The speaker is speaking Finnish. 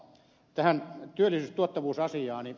tähän työllisyys ja tuotavuusasiaan